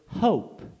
hope